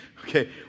Okay